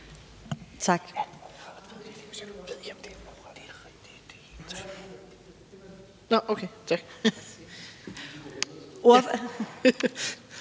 Tak.